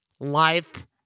life